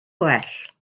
gwell